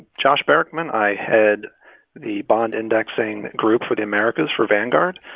josh barrickman. i head the bond indexing group for the americas for vanguard,